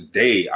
day